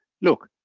look